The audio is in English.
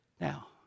Now